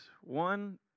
one